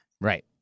Right